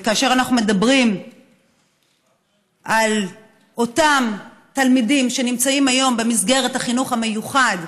וכאשר אנחנו מדברים על אותם תלמידים שנמצאים היום במסגרת החינוך המיוחד,